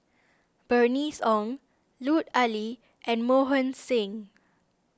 Bernice Ong Lut Ali and Mohan Singh